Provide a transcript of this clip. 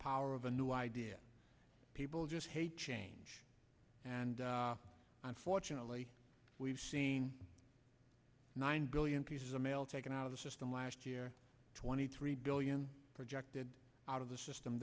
power of a new idea people just change and unfortunately we've seen nine billion pieces of mail taken out of the system last year twenty three billion projected out of the system